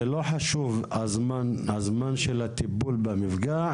זה לא חשוב הזמן של הטיפול במפגע,